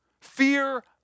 Fear